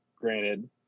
Granted